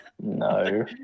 No